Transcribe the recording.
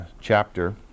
chapter